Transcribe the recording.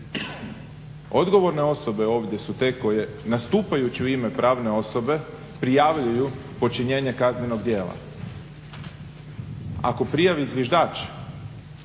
Odgovorne osobe ovdje su te koje nastupajući u ime pravne osobe prijavljuju počinjenje kaznenog djela. Ako prijavi zviždač